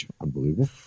Unbelievable